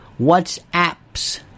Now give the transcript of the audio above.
WhatsApps